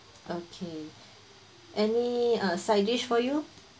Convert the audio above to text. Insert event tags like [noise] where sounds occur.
okay [breath] any uh side dish for you